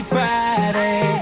Friday